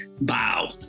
bow